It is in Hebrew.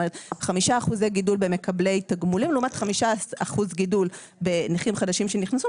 זאת אומרת 5% במקבלי תגמולים לעומת 5% גידול בנכים חדשים שנכנסו,